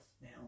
Now